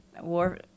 War